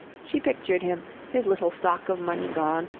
she pictured him, his little stock of money gone,